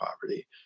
poverty